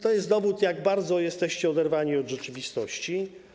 To jest dowód na to, jak bardzo jesteście oderwani od rzeczywistości.